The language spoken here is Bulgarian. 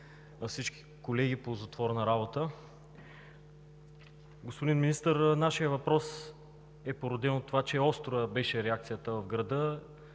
всички колеги – ползотворна работа! Господин Министър, нашият въпрос е породен от това, че реакцията в града